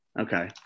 Okay